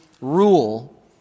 rule